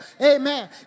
Amen